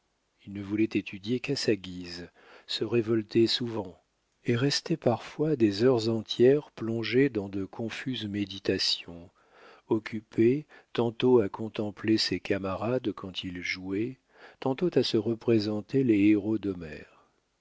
il ne voulait étudier qu'à sa guise se révoltait souvent et restait parfois des heures entières plongé dans de confuses méditations occupé tantôt à contempler ses camarades quand ils jouaient tantôt à se représenter les héros